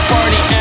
Party